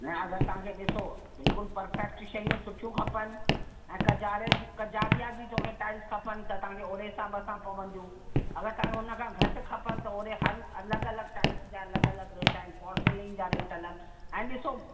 न अगरि तव्हांखे ॾिसो बिल्कुलु पर्फैक्ट शयूं सुठियूं खपनि ऐं कजारे जी कजारिया जी तोखे टाइल्स खपनि तव्हांखे ओहिड़े हिसाब सां पवंदियूं अगरि तव्हांखे हुन खां घटि खपनि त ओहिड़े हर अलॻि अलॻि टाइल्स जा अलॻि अलॻि रेट आहिनि फॉर सीलिंग जा रेट इन ऐं ॾिसो